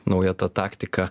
nauja ta taktika